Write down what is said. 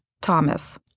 Thomas